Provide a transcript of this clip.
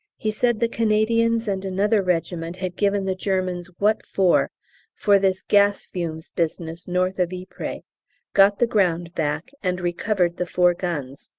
he said the canadians and another regiment had given the germans what for for this gas-fumes business north of ypres, got the ground back and recovered the four guns.